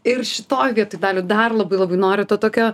ir šitoj vietoj daliau dar labai labai noriu to tokio